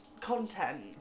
content